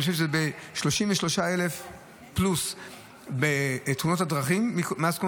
אני חושב שזה 33,000 + בתאונות הדרכים מאז קום